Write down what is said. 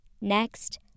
Next